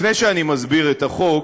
לפני שאני מסביר את החוק,